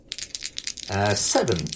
Seven